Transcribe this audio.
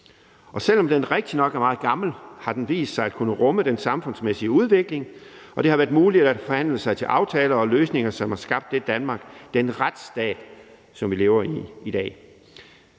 og selv om den rigtigt nok er meget gammel, har den vist sig at kunne rumme den samfundsmæssige udvikling, og det har været muligt at forhandle sig til aftaler og løsninger, som har skabt det Danmark og den retsstat, som lever i i dag.